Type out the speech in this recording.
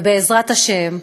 ובעזרת השם,